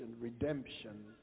redemption